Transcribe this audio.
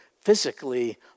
physically